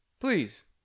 please